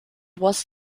was